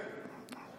כן.